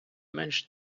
менш